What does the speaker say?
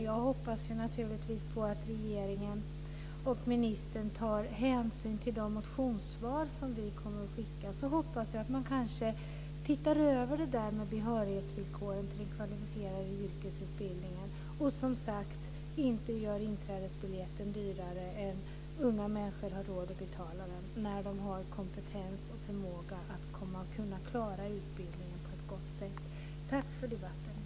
Jag hoppas naturligtvis att regeringen och ministern tar hänsyn till de motionssvar som vi kommer att skicka. Jag hoppas att man kanske ser över frågan om behörighetsvillkoren när det gäller den kvalificerade yrkesutbildningen och inte gör inträdesbiljetten dyrare än att unga människor har råd att betala när de har kompetens och förmåga att klara utbildningen på ett gott sätt. Tack för debatten.